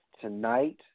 tonight